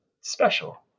special